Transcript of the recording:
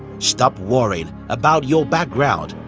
stop worrying about your background.